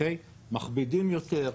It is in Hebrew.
מכבידים יותר,